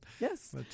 Yes